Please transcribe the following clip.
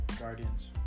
Guardians